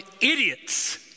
idiots